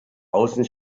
außen